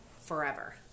forever